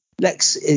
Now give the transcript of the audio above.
Lex